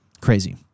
Crazy